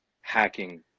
hacking